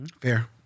Fair